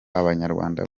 abanyarwanda